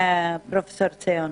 אני